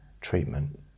treatment